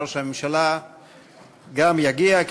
ראש הממשלה גם יגיע,